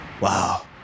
Wow